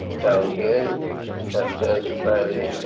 down here that was answered by the.